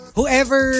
Whoever